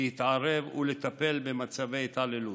להתערב ולטפל במצבי התעללות.